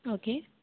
okay